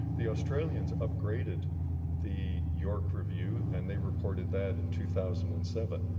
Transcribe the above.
the australians upgraded the york review and they reported that in two thousand and seven.